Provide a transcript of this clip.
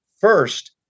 first